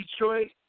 Detroit